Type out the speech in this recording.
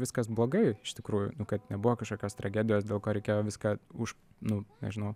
viskas blogai iš tikrųjų nu kad nebuvo kažkokios tragedijos dėl ko reikėjo viską už nu nežinau